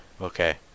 Okay